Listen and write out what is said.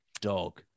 dog